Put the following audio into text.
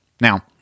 Now